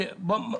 בוא, בוא.